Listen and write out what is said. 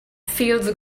feels